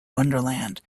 wonderland